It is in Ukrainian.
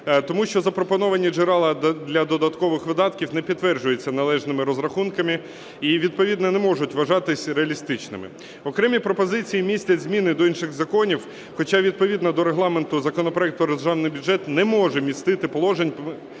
Тому що запропоновані джерела для додаткових видатків не підтверджуються належними розрахунками і відповідно не можуть вважатися реалістичними. Окремі пропозиції містять зміни до інших законів, хоча, відповідно до Регламенту, законопроект про Державний бюджет не може містити положень,